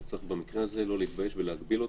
שצריך במקרה הזה לא להתבייש ולהגביל אותה.